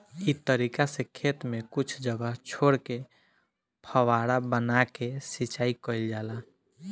इ तरीका से खेत में कुछ जगह छोर के फौवारा बना के सिंचाई कईल जाला